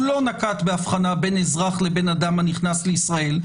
הוא לא נקט באבחנה בין אזרח לבין אדם הנכנס לישראל.